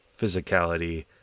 physicality